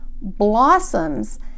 blossoms